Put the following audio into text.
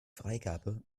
freigabe